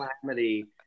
calamity